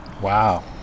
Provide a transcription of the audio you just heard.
Wow